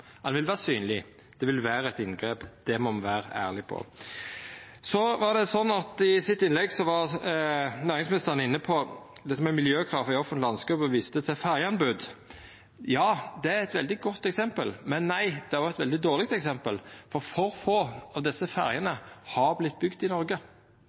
vil vera synleg – det vil vera eit inngrep. Det må me vera ærlege om. I innlegget sitt var næringsministeren inne på dette med miljøkrav i offentlege ferjeanbod. Ja, det er eit veldig godt eksempel, men nei, det var eit veldig dårleg eksempel, for for få av desse ferjene er bygde i Noreg.